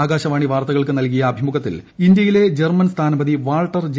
ആകാശവാണി വാർത്തകൾക്കു നല്കിയ ആഭിമുഖ്യത്തിൽ ഇന്ത്യയിലെ ജർമ്മൻ സ്ഥാനപതി വാൾട്ടർ ജെ